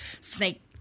snake